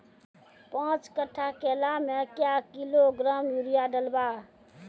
पाँच कट्ठा केला मे क्या किलोग्राम यूरिया डलवा?